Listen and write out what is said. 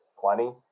plenty